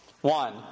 One